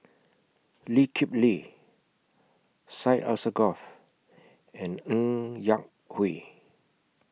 Lee Kip Lee Syed Alsagoff and Ng Yak Whee